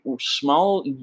small